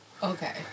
Okay